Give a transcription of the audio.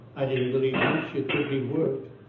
i didn't believe much it could be worked.